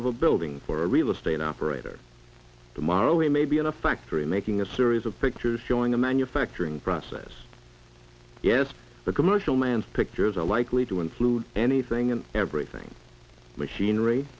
of a building or a real estate operator tomorrow he may be in a factory making a series of pictures showing the manufacturing process yes the commercial man's pictures are likely to include anything and everything machinery